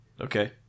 Okay